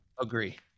Agree